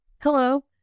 Hello